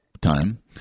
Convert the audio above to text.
time